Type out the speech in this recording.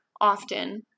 often